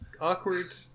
awkward